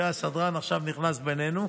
הסדרן עכשיו נכנס בינינו.